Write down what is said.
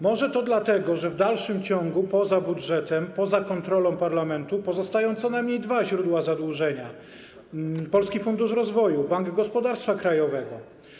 Może to dlatego, że w dalszym ciągu poza budżetem, poza kontrolą parlamentu pozostają co najmniej dwa źródła zadłużenia: Polski Fundusz Rozwoju i Bank Gospodarstwa Krajowego.